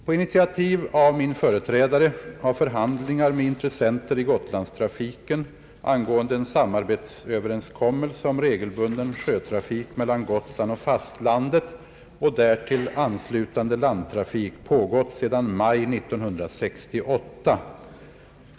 På initiativ av min företrädare har förhandlingar med intressenter i Gotlandstrafiken angående en samarbetsöverenskommelse om regelbunden sjötrafik mellan Gotland och fastlandet och därtill anslutande landtrafik pågått sedan maj 1968.